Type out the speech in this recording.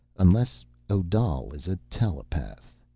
unless odal is a telepath.